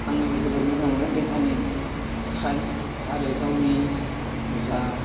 आङो जोबोर मोजां मोनो देहानि थाखाय आरो गावनि जा